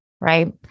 right